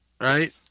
right